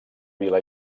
vila